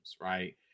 right